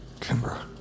Kimber